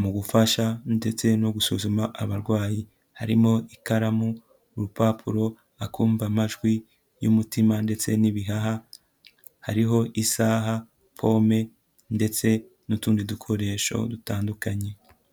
mu gufasha ndetse no gusuzuma abarwayi harimo: ikaramu, urupapuro, akumva amajwi y'umutima ndetse n'ibihaha, hariho isaha, pome ndetse n'utundi dukoresho dutandukanye.